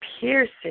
piercing